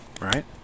right